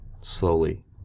slowly